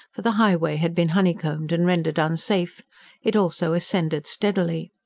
for the highway had been honeycombed and rendered unsafe it also ascended steadily.